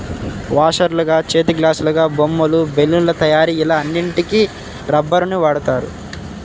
వాషర్లుగా, చేతిగ్లాసులాగా, బొమ్మలు, బెలూన్ల తయారీ ఇలా అన్నిటికి రబ్బరుని వాడుతారు